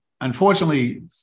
unfortunately